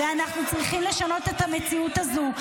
ואנחנו צריכים לשנות את המציאות הזו,